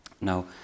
Now